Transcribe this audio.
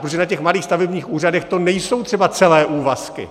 Protože na malých stavebních úřadech to nejsou třeba celé úvazky.